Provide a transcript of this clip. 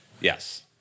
Yes